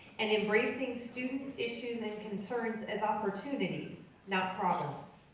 and embracing students issues and concerns as opportunities not problems.